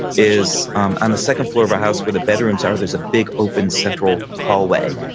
is um on the second floor of our house where the bedrooms are there's a big, open, central hallway.